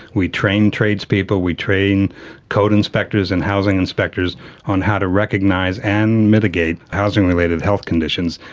we train tradespeople, we train code inspectors and housing inspectors on how to recognise and mitigate housing related health conditions.